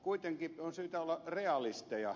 kuitenkin on syytä olla realisteja